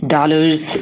dollars